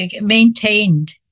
maintained